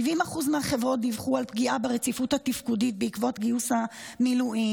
70% מהחברות דיווחו על פגיעה ברציפות התפקודית בעקבות גיוס המילואים.